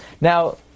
Now